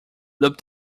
loop